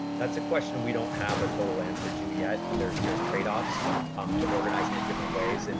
that's a question we don't have a total answer to yet. there's there's trade offs um to organize in different ways, and